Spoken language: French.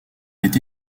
été